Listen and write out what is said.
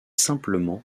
simplement